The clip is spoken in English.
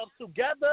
together